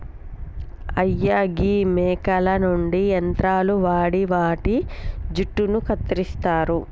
అయ్యా గీ మేకల నుండి యంత్రాలు వాడి వాటి జుట్టును కత్తిరిస్తారు